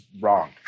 wrong